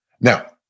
Now